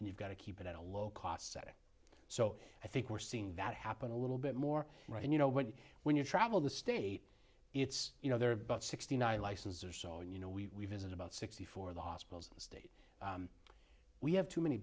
and you've got to keep it at a low cost setting so i think we're seeing that happen a little bit more right and you know when you when you travel the state it's you know there are but sixty nine licenses or so and you know we visit about sixty four of the hospitals in the state we have too many